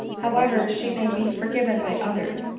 however she may be forgiven by others,